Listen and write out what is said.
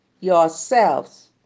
yourselves